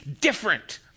different